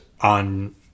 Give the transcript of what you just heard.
on